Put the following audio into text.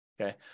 Okay